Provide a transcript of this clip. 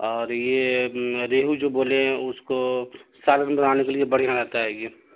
اور یہ ریہو جو بولے اس کو سالن بنانے کے لیے بڑھیاں رہتا ہے یہ